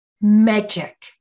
magic